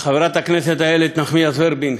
חברת הכנסת איילת נחמיאס ורבין,